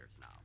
now